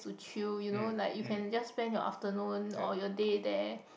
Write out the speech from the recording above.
to chill you know like you can just spend your afternoon or your day there